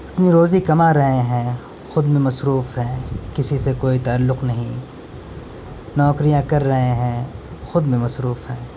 اپنی روزی کما رہے ہیں خود میں مصروف ہیں کسی سے کوئی تعلق نہیں نوکریاں کر رہے ہیں خود میں مصروف ہیں